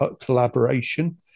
collaboration